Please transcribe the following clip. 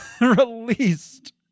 Released